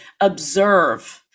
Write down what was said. observe